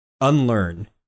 unlearn